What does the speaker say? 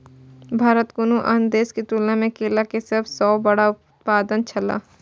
भारत कुनू अन्य देश के तुलना में केला के सब सॉ बड़ा उत्पादक छला